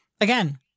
again